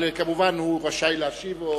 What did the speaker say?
אבל, כמובן, הוא רשאי להשיב.